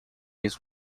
his